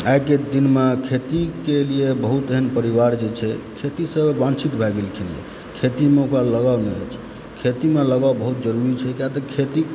आइके दिनमे खेतीके लिए बहुत एहन परिवार जे छै खेतीसँ वाञ्छित भए गेलखिनए खेतीमे ओकरा लगाव नहि अछि खेतीमे लगाव बहुत जरुरी छैक किआतऽ खेती